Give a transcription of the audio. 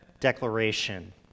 declaration